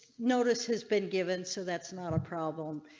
notice his been given, so that's not a problem.